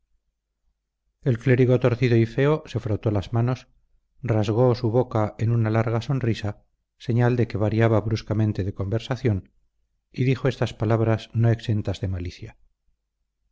el clérigo torcido y feo se frotó las manos rasgó su boca en una larga sonrisa señal de que variaba bruscamente de conversación y dijo estas palabras no exentas de malicia